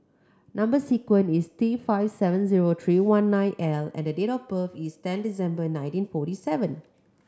number sequence is T five seven zero three one nine L and the date of birth is ten December nineteen forty seven